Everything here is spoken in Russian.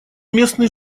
местный